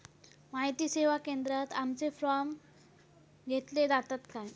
माहिती सेवा केंद्रात आमचे फॉर्म घेतले जातात काय?